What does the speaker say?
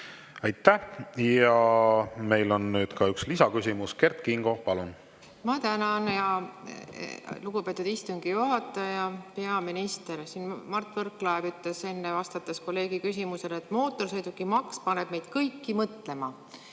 Aitäh! Ja meil on nüüd ka üks lisaküsimus. Kert Kingo, palun! Ma tänan, lugupeetud istungi juhataja! Peaminister! Mart Võrklaev ütles enne, vastates kolleegi küsimusele, et mootorsõidukimaks paneb meid kõiki mõtlema.